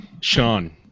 Sean